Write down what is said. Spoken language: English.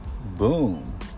Boom